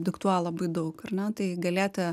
diktuoja labai daug ar ne tai galėti